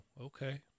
Okay